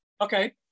Okay